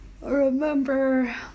remember